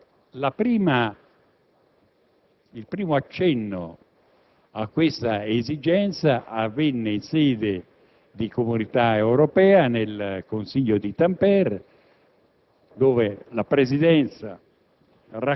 Il primo accenno a questa esigenza avvenne, in sede di Unione Europea, nel Consiglio di Tampere,